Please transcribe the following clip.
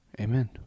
Amen